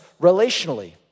relationally